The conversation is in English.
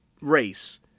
race